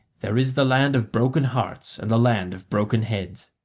there is the land of broken hearts, and the land of broken heads.